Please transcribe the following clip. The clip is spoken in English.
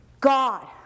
God